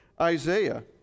Isaiah